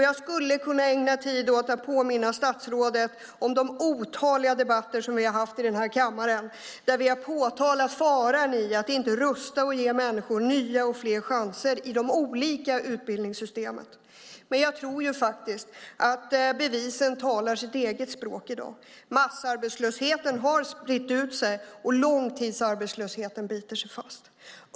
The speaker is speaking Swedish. Jag skulle kunna ägna tid åt att påminna statsrådet om de otaliga debatter som vi har haft i kammaren där vi har påtalat faran i att inte rusta och ge människor nya och fler chanser i de olika utbildningssystemen. Ändå tror jag faktiskt att bevisen talar sitt eget språk i dag. Massarbetslösheten har spritt ut sig och långtidsarbetslösheten biter sig fast.